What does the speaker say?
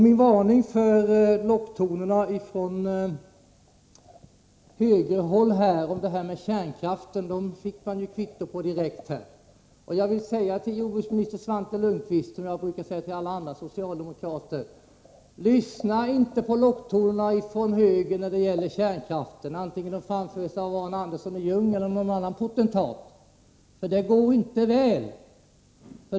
Min varning för locktonerna från högerhåll beträffande kärnkraft fick jag kvitto på direkt. Jag vill säga till jordbruksminister Svante Lundkvist, liksom jag brukar säga till alla andra socialdemokrater: Lyssna inte på locktonerna från högern när det gäller kärnkraft, oavsett om de framförs av Arne Andersson i Ljung eller någon annan potentat. Det går inte väl!